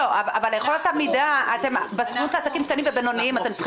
אבל בסוכנות לעסקים קטנים ובינוניים אתם צריכים